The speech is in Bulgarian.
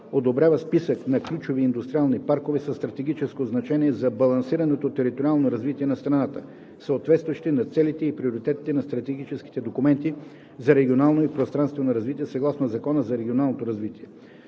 одобрява списък на ключови индустриални паркове със стратегическо значение за балансираното териториално развитие на страната, съответстващи на целите и приоритетите на стратегическите документи за регионално и пространствено развитие съгласно Закона за регионалното развитие;